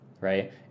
right